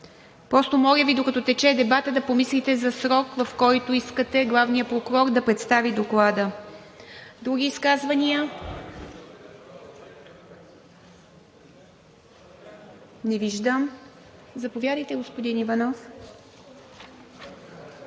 внесе? Моля Ви, докато тече дебатът, да помислите за срок, в който искате главният прокурор да представи доклада. Други изказвания? Не виждам. Заповядайте, господин Иванов. ХРИСТО